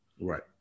Right